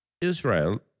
Israel